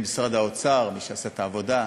אנשי משרד האוצר, מי שעשה את העבודה,